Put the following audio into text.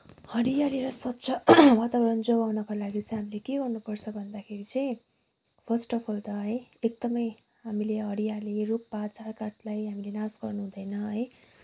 हरियाली र स्वच्छ वातावरण जोगाउनको लागि चाहिँ हामीले के गर्नु पर्छ भन्दाखेरि चाहिँ फर्स्ट अफ अल त है एकदमै हामीले हरियालीहरू रूख पात झारपातलाई हामीले नाश गर्नुहुँदैन है